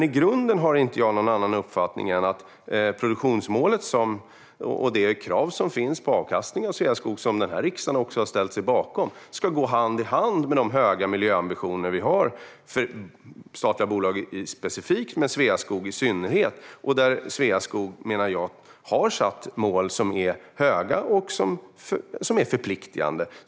I grunden har jag dock ingen annan uppfattning än att produktionsmålet och det krav på avkastning från Sveaskog som finns, och som den här riksdagen har ställt sig bakom, ska gå hand i hand med de höga miljöambitioner vi har för statliga bolag i allmänhet och för Sveaskog i synnerhet. Jag menar att Sveaskog har satt mål som är höga och förpliktande.